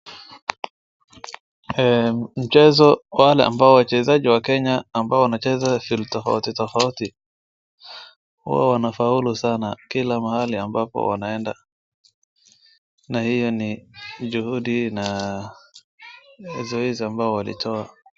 Mchezo Kwa wale ambao wachezaji wa Kenya ambao wanacheza team tofauti tofauti huwa wanafaulu sana Kila mahali ambapo wanaenda na hiyo ni juhudi na zoezi ambao walitoa.